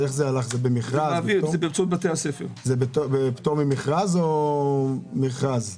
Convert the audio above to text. זה בפטור ממכרז או מכרז?